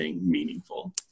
meaningful